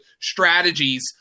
strategies